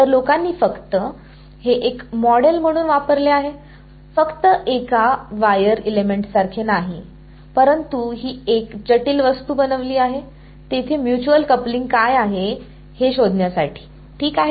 तर लोकांनी हे फक्त एक मॉडेल म्हणून वापरले आहे फक्त एका वायर एलिमेंट सारखे नाही परंतु ही एक जटिल वस्तू बनविली आहे तेथे म्युच्युअल कपलिंग काय आहे हे शोधण्यासाठी ठीक आहे